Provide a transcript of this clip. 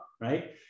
right